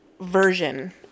version